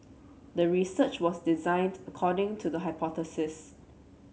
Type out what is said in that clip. the research was designed according to the hypothesis